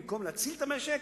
במקום להציל את המשק,